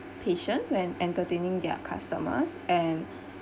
patient when entertaining their customers and